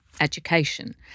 education